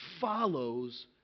follows